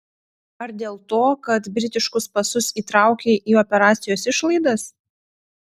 ar dėl to kad britiškus pasus įtraukei į operacijos išlaidas